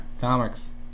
comics